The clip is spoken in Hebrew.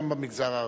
גם במגזר הערבי.